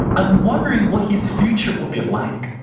and wondering what his future would be like.